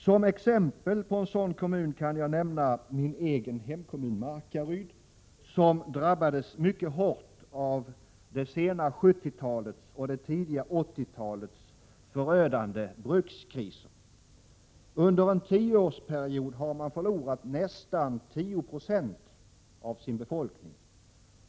Som exempel på en sådan kommun kan jag nämna min egen hemkommun Markaryd, som drabbades mycket hårt av det sena 1970-talets och tidiga 1980-talets förödande brukskris. Under en tioårsperiod har kommunen förlorat nästan 10 96 av sin befolkning.